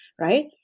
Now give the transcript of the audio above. right